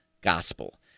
gospel